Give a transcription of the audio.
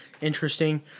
interesting